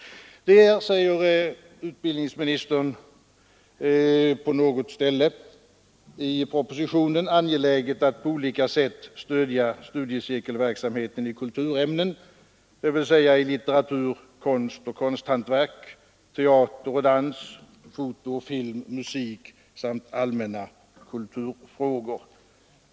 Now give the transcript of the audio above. Det är, säger utbildningsministern på något ställe i propositionen, angeläget att på olika sätt stödja studiecirkelverksamheten i kulturämnen, dvs. i litteratur, konst och konsthantverk, teater och dans, foto och film, musik samt allmänna kulturfrågor.